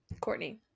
Courtney